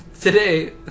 today